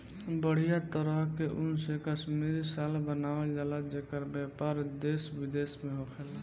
बढ़िया तरह के ऊन से कश्मीरी शाल बनावल जला जेकर व्यापार देश विदेश में होखेला